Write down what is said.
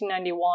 1991